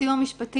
בסיוע המשפטי,